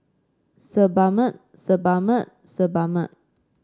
Sebamed Sebamed Sebamed